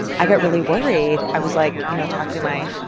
i get really worried. i was like you know talking to my